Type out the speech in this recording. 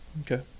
Okay